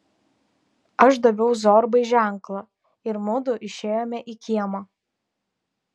aš daviau zorbai ženklą ir mudu išėjome į kiemą